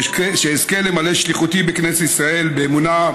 שאזכה למלא שליחותי בכנסת ישראל באמונה,